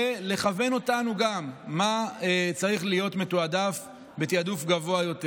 ולכוון אותנו גם למה צריך להיות מתועדף בתיעדוף גבוה יותר.